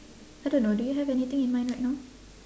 I don't know do you have anything in mind right now